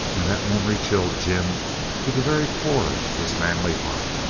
and that memory chilled jim to the very core of his manly heart.